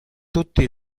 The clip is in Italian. tutti